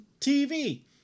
TV